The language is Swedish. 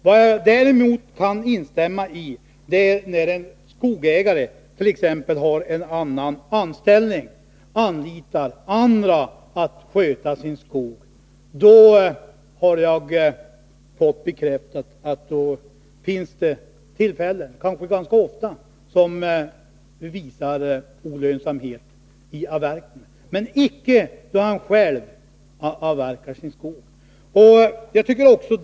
Vad jag däremot kan instämma i är att när en skogsägare t.ex. har en annan anställning och anlitar andra för att sköta sin skog, då finns det tillfällen, kanske ganska ofta, med dålig lönsamhet i avverkningen. Det har jag fått bekräftat. Detta gäller dock icke när man själv avverkar sin skog.